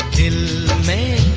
in may